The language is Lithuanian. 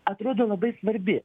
atrodo labai svarbi